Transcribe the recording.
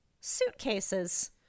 suitcases